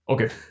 Okay